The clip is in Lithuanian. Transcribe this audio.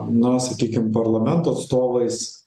na sakykim parlamento atstovais